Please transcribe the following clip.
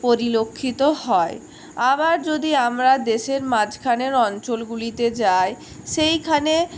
পরিলক্ষিত হয় আবার যদি আমরা দেশের মাঝখানের অঞ্চলগুলিতে যাই সেইখানে